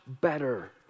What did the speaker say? better